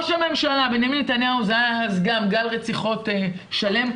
גם אז היה גל רציחות שלם,